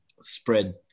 spread